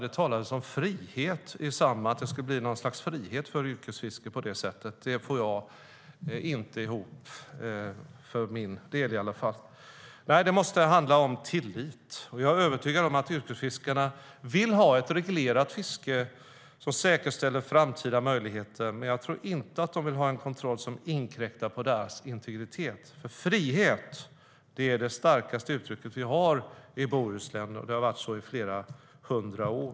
Det talades om att det skulle bli något slags frihet för yrkesfisket på det sättet. Det får i alla fall inte jag ihop. Nej, det måste handla om tillit. Och jag är övertygad om att yrkesfiskarna vill ha ett reglerat fiske som säkerställer framtida möjligheter. Men jag tror inte att de vill ha en kontroll som inkräktar på deras integritet, för frihet är det starkaste uttryck vi har i Bohus, och det har det varit i flera hundra år.